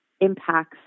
impacts